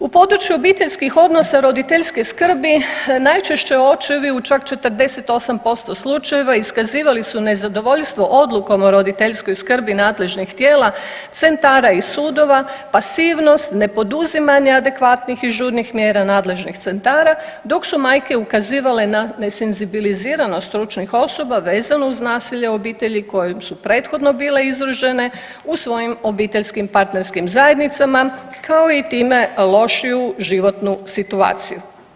U području obiteljskih odnosa roditeljske skrbi najčešće očevi u čak 48% slučajeva iskazivali su nezadovoljstvo odlukom o roditeljskoj skrbi nadležnih tijela, centara i sudova, pasivnost, nepoduzimanje adekvatnih i žurnih mjera nadležnih centara dok su majke ukazivale na ne senzibiliziranost stručnih osoba vezano uz nasilje u obitelji kojem su prethodno bile izložene u svojim obiteljskim partnerskim zajednicama kao i time lošiju životnu situaciju.